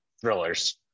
thrillers